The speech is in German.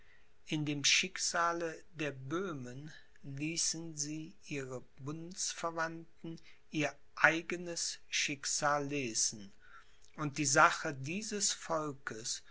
in dem schicksale der böhmen ließen sie ihre bundsverwandten ihr eigenes schicksal lesen und die sache dieses volks